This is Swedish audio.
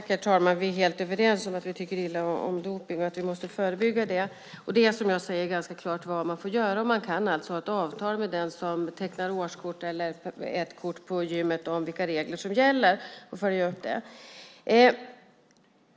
Herr talman! Vi är helt överens om att vi tycker illa om dopning och att vi måste förebygga det. Det är som jag säger ganska klart vad man får göra, och man kan alltså ha ett avtal med den som tecknar årskort eller annat på gymmet om vilka regler som gäller och följa upp det.